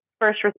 first